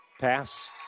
Pass